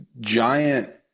giant